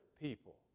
people